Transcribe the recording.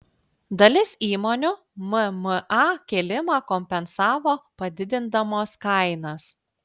dalis įmonių mma kėlimą kompensavo padidindamos kainas